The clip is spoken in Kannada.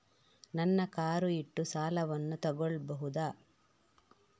ನನ್ನ ಕಾರ್ ಇಟ್ಟು ಸಾಲವನ್ನು ತಗೋಳ್ಬಹುದಾ?